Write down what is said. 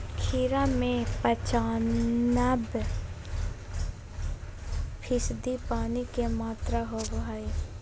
खीरा में पंचानबे फीसदी पानी के मात्रा होबो हइ